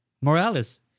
Morales